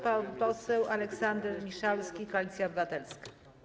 Pan poseł Aleksander Miszalski, Koalicja Obywatelska.